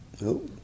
No